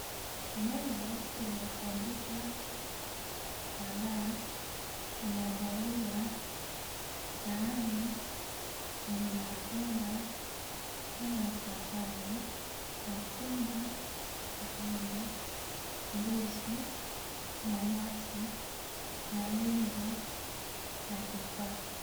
Meza iliotandikwa kitambaa imeandaliwa sahani yenye matunda kama ifuatavyo: machungwa, maembe, ndizi, nanazi, malenge na tufaha.